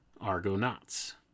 argonauts